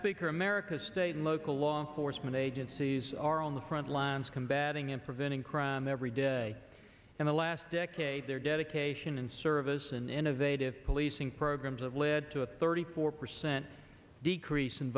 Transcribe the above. speaker america's state and local law enforcement agencies are on the front lines combating and preventing crime every day in the last decade their dedication and service an innovative policing programs of led to a thirty four percent decrease in